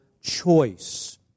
choice